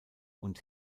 und